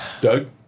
Doug